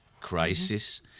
crisis